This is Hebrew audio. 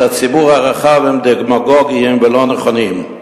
את הציבור הרחב הם דמגוגיים ולא נכונים.